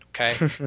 okay